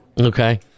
Okay